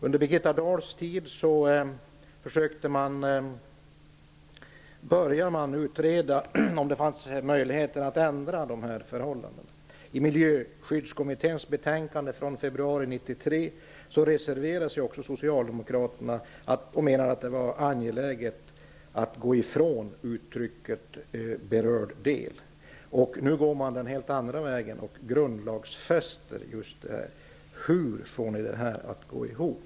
Under Birgitta Dahls tid som miljöminister började man att utreda om det fanns möjligheter att ändra på de här förhållandena. I Miljöskyddskommitténs betänkande från februari 1993 reserverade sig Socialdemokraterna. De menade att det var angeläget att gå ifrån uttrycket ''berörd del''. Nu går man en helt annan väg och grundlagsfäster just här. Hur får ni detta att gå ihop?